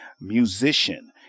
musician